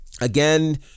Again